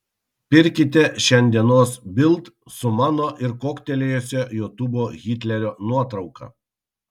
pirkite šiandienos bild su mano ir kuoktelėjusio jutubo hitlerio nuotrauka